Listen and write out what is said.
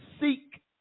seek